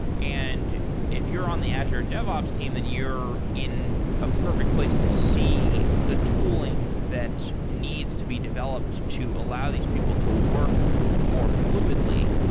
and if you're on the azure devops team, then you're in a perfect place to see the tooling that needs to be developed to allow these people to work more fluidly.